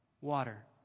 water